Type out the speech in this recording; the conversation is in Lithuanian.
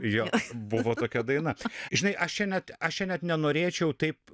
jo buvo tokia daina tu žinai aš čia net aš net nenorėčiau taip